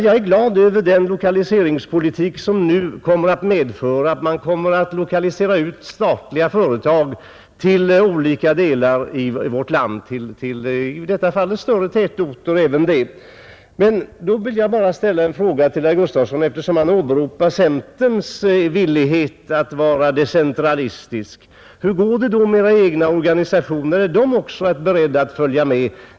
Jag är glad över den lokaliseringspolitik som innebär att man nu lokaliserar ut statliga företag till olika delar av vårt land, i detta fall till andra större tätorter. Och då vill jag ställa en fråga till herr Gustavsson i Alvesta, eftersom han åberopade centerns villighet att driva decentraliseringspolitik: Hur går det med era egna organisationer; är de också beredda att följa med?